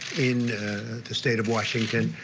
in the state of washington,